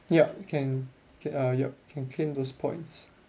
yup can okay uh yup can claim those points